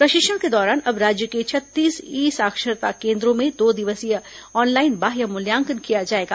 प्रशिक्षण के दौरान अब राज्य के छत्तीस ई साक्षरता केन्द्रों में दो दिवसीय ऑनलाइन बाह्य मूल्यांकन किया जाएगा